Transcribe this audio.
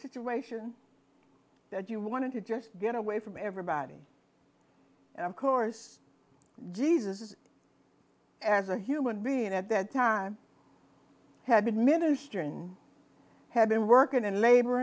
situation that you wanted to just get away from everybody and of course jesus as a human being at that time had been ministering had been working and labor